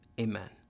amen